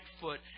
foot